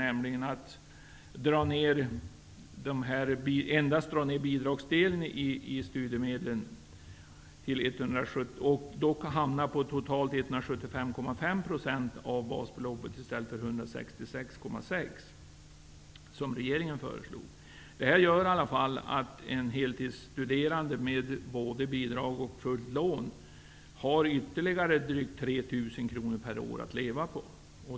Uppgörelsen innebär att endast dra ned bidragsdelen i studiemedlen till 175,5 % av basbeloppet, i stället för till 166,6 som regeringen föreslog. Det innebär att en heltidsstuderande, med både bidrag och fullständigt lån, har ytterligare drygt 3 000 kr per år att leva på.